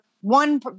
one